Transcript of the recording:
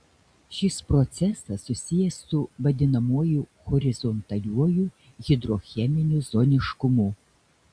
šis procesas susijęs su vadinamuoju horizontaliuoju hidrocheminiu zoniškumu